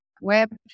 web